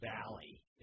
Valley